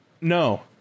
No